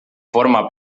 forma